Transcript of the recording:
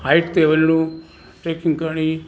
height ते वञिणो trekking करिणी